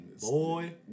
Boy